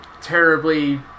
terribly